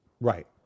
Right